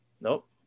Nope